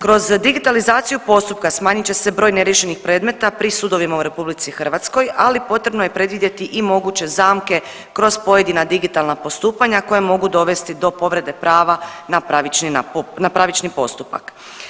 Kroz digitalizaciju postupka smanjit će se broj neriješenih predmeta pri sudovima u RH, ali potrebno je predvidjeti i moguće zamke kroz pojedina digitalna postupanja koja mogu dovesti do povrede prava na pravični postupak.